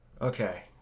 okay